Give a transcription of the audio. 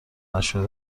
نشده